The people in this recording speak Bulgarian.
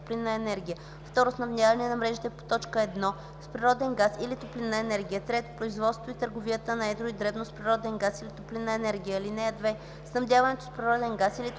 Снабдяването с природен газ или топлинна енергия